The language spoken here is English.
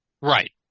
Right